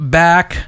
back